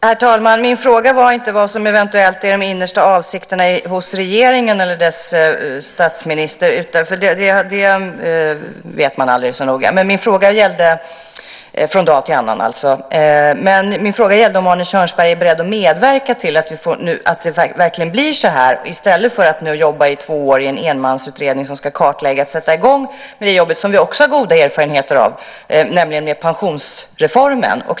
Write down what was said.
Herr talman! Min fråga var inte vad som eventuellt är de innersta avsikterna hos regeringen eller dess statsminister, för det vet man aldrig så noga från dag till annan. Min fråga gällde om Arne Kjörnsberg är beredd att medverka till att det verkligen blir så här i stället för att en enmansutredning ska jobba i två år med att kartlägga och sätta i gång jobbet. Vi har ju goda erfarenheter av arbetet med pensionsreformen.